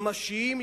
ממשיים,